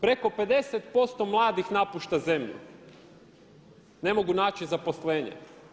Preko 50% mladih napušta zemlju jer ne mogu naći zaposlenje.